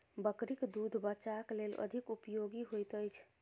बकरीक दूध बच्चाक लेल अधिक उपयोगी होइत अछि